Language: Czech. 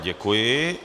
Děkuji.